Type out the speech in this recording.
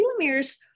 telomeres